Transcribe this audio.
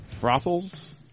Brothels